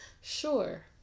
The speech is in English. Sure